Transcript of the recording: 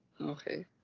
Okay